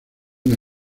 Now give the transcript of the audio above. una